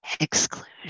exclusion